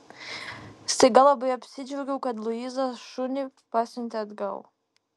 staiga labai apsidžiaugiau kad luiza šunį pasiuntė atgal